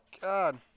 God